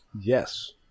Yes